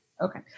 Okay